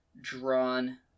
drawn